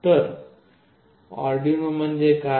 तर अर्डिनो म्हणजे काय